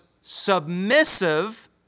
submissive